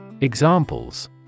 Examples